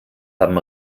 haben